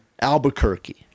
Albuquerque